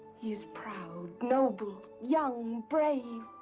he is proud, noble, young, brave,